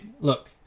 look